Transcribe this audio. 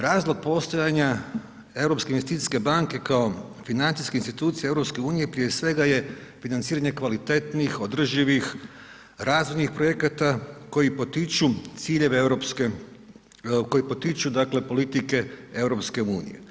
Razlog postojanja Europske investicijske banke kao financijske institucije EU, prije svega je financiranje kvalitetnih, održivih, razvojnih projekata koji potiču ciljeve europske, koji potiču dakle politike EU.